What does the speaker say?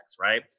right